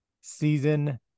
season